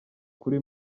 kuri